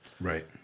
Right